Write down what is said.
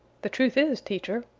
the truth is, teacher,